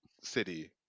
City